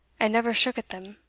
and never shook at them.